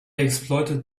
exploited